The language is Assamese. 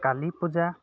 কালী পূজা